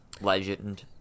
legend